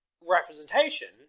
representation